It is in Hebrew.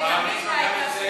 זה, הסמפכ"ל.